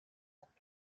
coups